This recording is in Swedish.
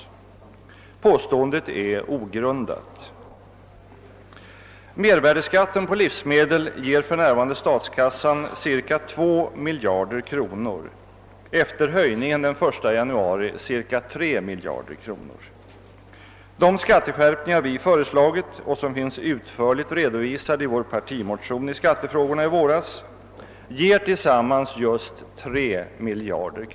Påståendet är ogrundat. Mervärdeskatten på livsmedel ger för närvarande statskassan ca 2 miljarder kronor, efter höjningen den 1 januari ca 3 miljarder kronor. De skatteskärpningar som vi har föreslagit och som finns utförligt redovisade i vår partimotion i skattefrågorna i våras ger tillsammans just 3 miljarder.